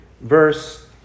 verse